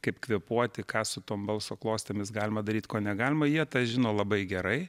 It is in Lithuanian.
kaip kvėpuoti ką su tom balso klostėmis galima daryt ko negalima jie tą žino labai gerai